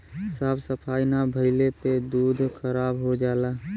साफ सफाई ना भइले पे दूध खराब हो जाला